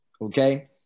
Okay